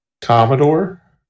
Commodore